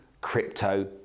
crypto